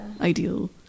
ideal